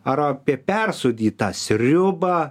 ar apie persūdytą sriubą